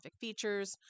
features